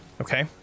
Okay